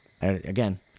Again